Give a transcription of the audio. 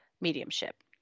mediumship